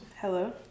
Hello